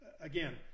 Again